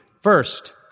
First